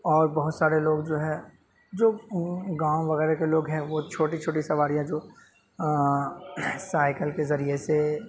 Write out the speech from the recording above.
اور بہت سارے لوگ جو ہے جو گاؤں وغیرہ کے لوگ ہیں وہ چھوٹی چھوٹی سواریاں جو سائیکل کے ذریعے سے